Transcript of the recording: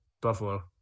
Buffalo